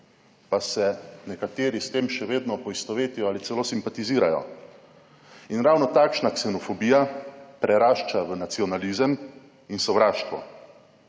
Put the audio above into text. pa se nekateri s tem še vedno poistovetijo ali celo simpatizirajo. In ravno takšna ksenofobija prerašča v nacionalizem in sovraštvo.